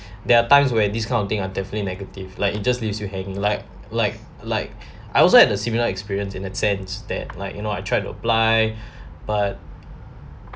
there are times where this kind of thing are definitely negative like it just leaves you hanging like like like I also had a similar experience in a sense that like you know I try to apply but